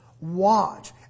watch